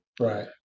right